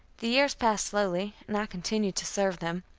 the years passed slowly, and i continued to serve them,